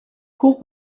cour